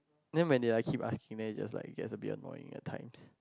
then when they like keep asking then it just like gets annoying at times